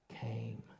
came